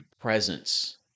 presence